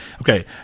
okay